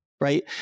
right